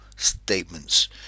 Statements